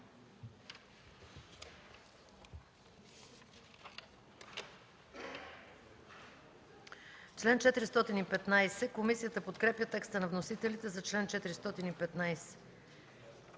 чл. 424. Комисията подкрепя текста на вносителите за чл. 425.